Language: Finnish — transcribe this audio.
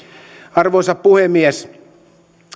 arvoisa puhemies